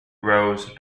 rose